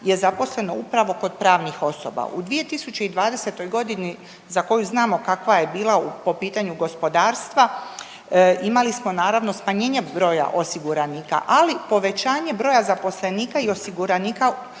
je zaposleno upravo kod pravnih osoba. U 2020.g. za koju znamo kakva je bila po pitanju gospodarstva imali smo naravno smanjenje broja osiguranika, ali povećanje broja zaposlenika i osiguranika